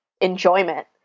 enjoyment